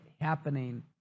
happening